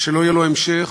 ושלא יהיה לו המשך,